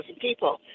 people